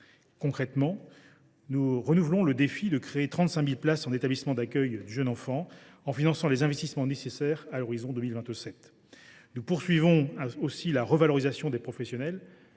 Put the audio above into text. Concrètement, nous renouvelons le défi de créer 35 000 places dans les établissements d’accueil du jeune enfant, en finançant les investissements nécessaires à horizon de 2027. Nous poursuivons également la revalorisation des professionnels,